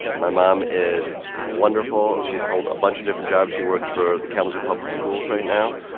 my mom is wonderful. she's held a bunch of different jobs. she works for the kalamazoo public schools right now.